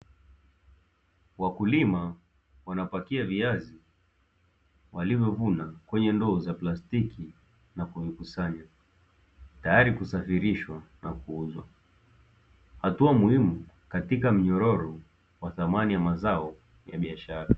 Wakulima wanapakia viazi walivyo vuna kwenye ndoo ya plastiki na kuvikusanya, tayari kuvisafirisha na kuuza hatua muhimu katika kilimo cha biashara.